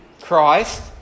Christ